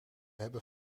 hebben